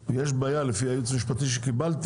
שנייה היא, וזה לפי הייעוץ המשפטי שקיבלתי,